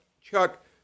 Chuck